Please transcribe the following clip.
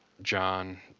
john